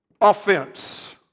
offense